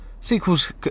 ...sequels